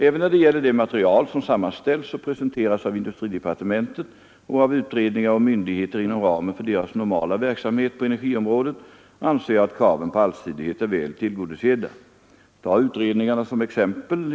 Även när det gäller det material, som sammanställs och presenteras av industridepartementet och av utredningar och myndigheter inom ramen för deras normala verksamhet på energiområdet, anser jag att kraven på allsidighet är väl tillgodosedda. Ta utredningarna som exempel.